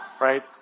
right